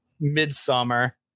midsummer